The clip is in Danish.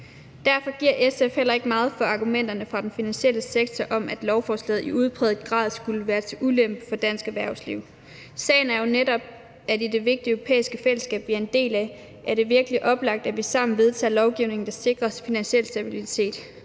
Derfor giver SF heller ikke meget for argumenterne fra den finansielle sektor om, at lovforslaget i udpræget grad skulle være til ulempe for dansk erhvervsliv. Sagen er jo netop, at det i det vigtige europæiske fællesskab, vi er en del af, er virkelig oplagt, at vi sammen vedtager lovgivning, der sikrer finansiel stabilitet.